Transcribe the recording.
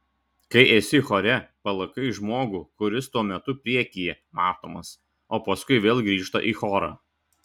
kai esi chore palaikai žmogų kuris tuo metu priekyje matomas o paskui vėl grįžta į chorą